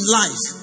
life